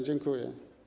Dziękuję.